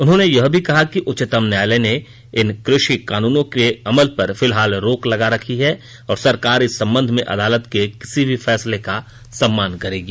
उन्होंने यह भी कहा कि उच्चतम न्यायालय ने इन कृषि कानूनों के अमल पर फिलहाल रोक लगा रखी है और सरकार इस संबंध में अदालत के किसी भी फैसले का सम्मान करेगी